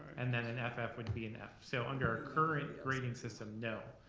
and then an f f would be an f. so under our current grading system, no,